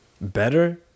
better